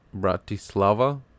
Bratislava